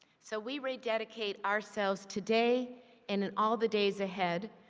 so we rededicate ourselves today and in all the days ahead